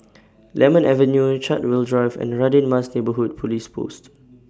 Lemon Avenue Chartwell Drive and Radin Mas Neighbourhood Police Post